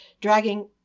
dragging